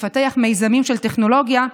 תפתח מיזמים של טכנולוגיה,